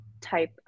type